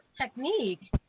technique